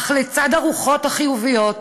אך לצד הרוחות החיוביות,